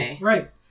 right